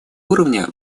уровня